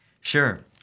Sure